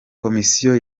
komisiyo